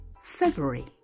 February